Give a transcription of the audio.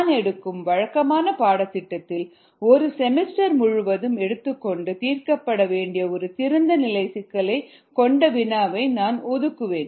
நான் எடுக்கும் வழக்கமான பாடத்திட்டத்தில் ஒரு செமஸ்டர் முழுவதும் எடுத்துக்கொண்டு தீர்க்கப்பட வேண்டிய ஒரு திறந்தநிலை சிக்கலை கொண்ட வினாவை நான் ஒதுக்குவேன்